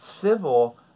civil